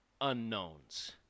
unknowns